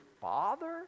father